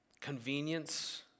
convenience